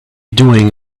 doing